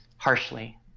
harshly